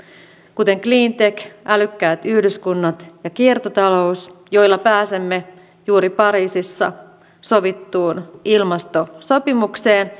kuten cleantech älykkäät yhdyskunnat ja kiertotalous joilla pääsemme juuri pariisissa sovittuun ilmastosopimukseen